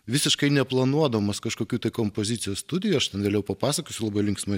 visiškai neplanuodamas kažkokių tai kompozicijos studijų vėliau papasakosiu linksmą